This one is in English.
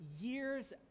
years